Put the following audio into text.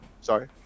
Sorry